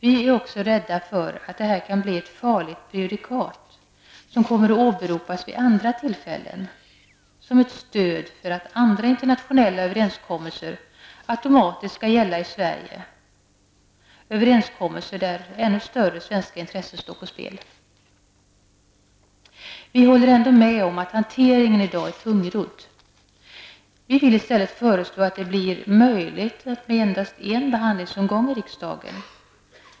Vi är också rädda för att detta kan blir ett farligt prejudikat, som kommer att åberopas vid andra tillfällen som ett stöd för att andra internationella överenskommelser automatiskt skall gälla i Sverige, överenskommelser där ännu större svenska intressen står på spel. Miljöpartiet håller ändå med om att hanteringen i dag är tungrodd. Vi vill i stället föreslå att det skall bli möjligt med endast en behandlingsomgång i riksdagen.